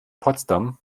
potsdam